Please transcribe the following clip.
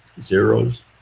zeros